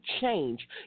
change